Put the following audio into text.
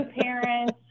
parents